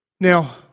Now